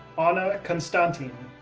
ana constantin,